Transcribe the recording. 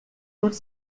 toute